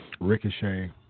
Ricochet